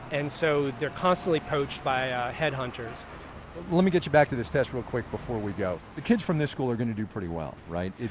and so they're constantly approached by head hunters let me get you back to this test real quick before we go. the kids from this school are going to do pretty well, right?